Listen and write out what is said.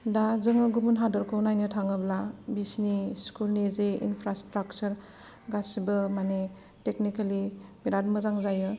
दा जोङो गुबुन हादरखौ नायनो थाङोब्ला बिसिनि स्कुलनि जे इनफ्रेस्ट्राकसार गासिबो माने टेक्निकेलि बिराद मोजां जायो